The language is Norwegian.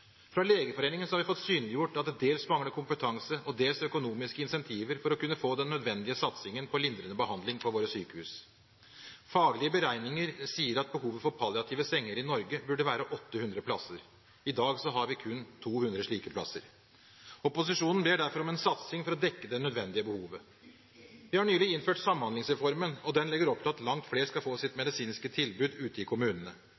Fra Legeforeningen har vi fått synliggjort at det mangler dels kompetanse og dels økonomiske incentiver for å kunne få den nødvendige satsingen på lindrende behandling i våre sykehus. Faglige beregninger sier at behovet for antall palliative senger i Norge burde være 800. I dag har vi kun 200 slike. Opposisjonen ber derfor om en satsing for å dekke det nødvendige behovet. Vi har nylig innført Samhandlingsreformen. Den legger opp til at langt flere skal få sitt medisinske tilbud ute i kommunene.